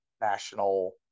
national